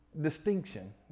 distinction